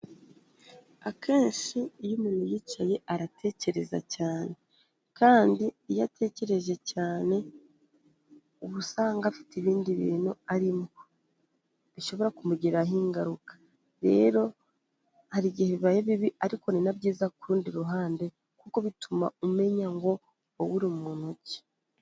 Akenshi iyo umuntu yicaye aratekereza cyane kandi iyo atekereje cyane uba usanga afite ibindi bintu arimo bishobora kumugiraho ingaruka. Rero hari igihe bibaye bibi ariko ni na byiza ku rundi ruhande, kuko bituma umenya ngo wowe uri muntu ki.